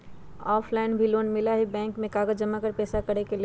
Offline भी loan मिलहई bank में कागज जमाकर पेशा करेके लेल?